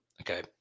okay